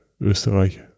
Österreich